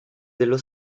dello